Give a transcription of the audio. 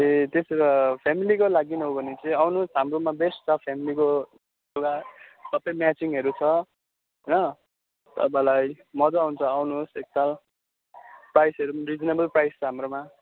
ए त्यसो भए फेमिलीको लागि हो भने चाहिँ आउनुहोस् हाम्रोमा बेस्ट छ फेमिलीको लुगा सबै म्याचिङहरू छ होइन तपाईँलाई मज्जा आउँछ आउनुहोस् एकताल प्राइसहरू पनि रिजनेबल प्राइस छ हाम्रोमा